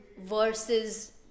versus